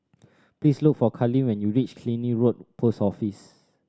please look for Carleen when you reach Killiney Road Post Office